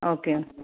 okay